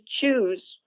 choose